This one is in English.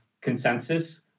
consensus